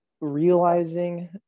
realizing